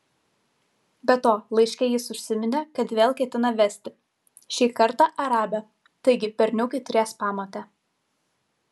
be to laiške jis užsiminė kad vėl ketina vesti šį kartą arabę taigi berniukai turės pamotę